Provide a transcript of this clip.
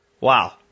Wow